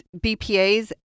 BPAs